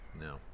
No